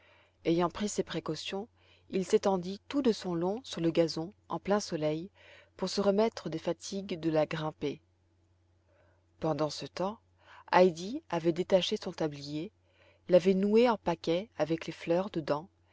ayant pris ces précautions il s'étendit tout de son long sur le gazon en plein soleil pour se remettre des fatigues de la grimpée pendant ce temps heidi avait détaché son tablier l'avait noué en paquet avec les fleurs dedans